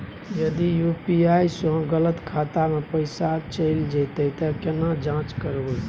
यदि यु.पी.आई स गलत खाता मे पैसा चैल जेतै त केना जाँच करबे?